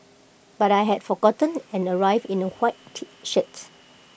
but I had forgotten and arrived in A white T shirts